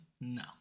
No